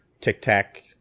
tic-tac